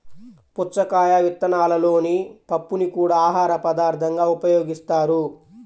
పుచ్చకాయ విత్తనాలలోని పప్పుని కూడా ఆహారపదార్థంగా ఉపయోగిస్తారు